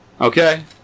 Okay